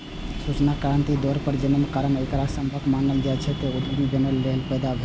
सूचना क्रांतिक दौर मे जन्मक कारण एकरा सभक मानब छै, जे ओ उद्यमी बनैए लेल पैदा भेल छै